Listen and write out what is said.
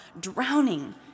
drowning